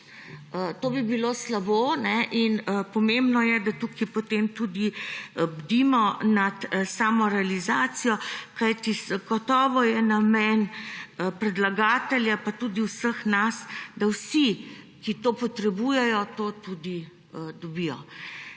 To bi bilo slabo, zato je pomembno, da tu bdimo nad realizacijo, kajti gotovo je namen predlagatelja, pa tudi vseh nas, da vsi, ki to potrebujejo, to tudi dobijo.